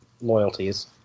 loyalties